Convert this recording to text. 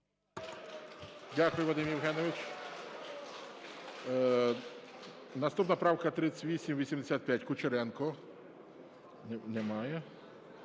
Дякую, Вадиме Євгеновичу. Наступна правка 3885, Кучеренко. Немає.